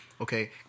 Okay